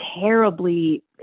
terribly